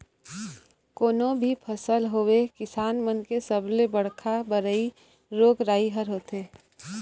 कोनो भी फसल होवय किसान मन के सबले बड़का बइरी रोग राई ह होथे